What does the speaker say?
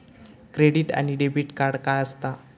Credit आणि debit काय असता?